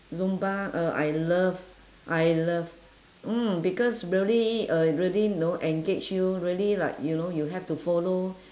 zumba uh I love I love mm because really uh really you know engage you really like you know you have to follow